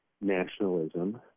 nationalism